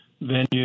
venue